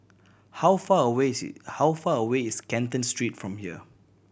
how far away is how far away is Canton Street from here